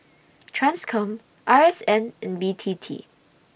TRANSCOM R S N and B T T